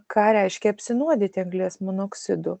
ką reiškia apsinuodyti anglies monoksidu